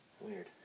Weird